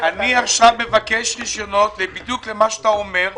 עכשיו מבקש רישיונות בדיוק למה שאתה אומר,